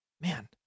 man